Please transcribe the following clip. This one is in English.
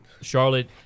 Charlotte